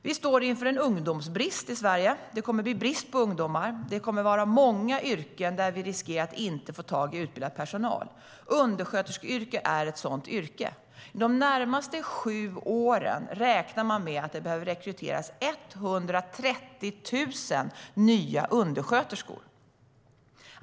Vi står inför en ungdomsbrist i Sverige. I många yrken riskerar vi att inte få tag i utbildad personal. Undersköterskeyrket är ett sådant yrke. Man räknar med att det behöver rekryteras 130 000 nya undersköterskor de närmaste sju åren.